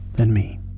and me,